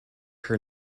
her